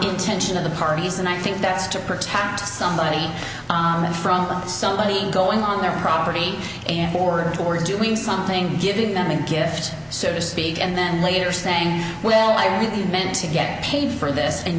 intention of the parties and i think that's to protect somebody on the front of somebody going on their property and board or doing something giving them a gift so to speak and then later saying well i really meant to get paid for this and